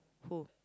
who